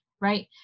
right